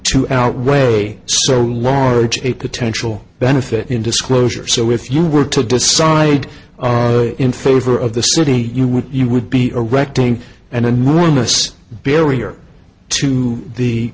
to outweigh so large a potential benefit in disclosure so if you were to decide in favor of the city you would you would be erecting and a new miss barrier to the